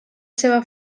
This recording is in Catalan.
seva